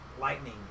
lightning